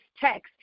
text